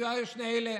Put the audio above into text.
זה שני אלה,